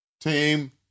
Team